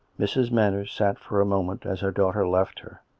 mrs. manners sat for a moment as her daughter left her.